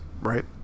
Right